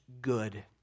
good